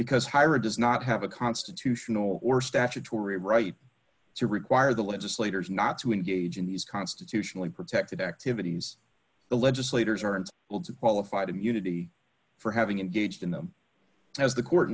because hiring does not have a constitutional or statutory right to require the legislators not to engage in these constitutionally protected activities the legislators are and will have qualified immunity for having engaged in them as the court